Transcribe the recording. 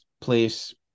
place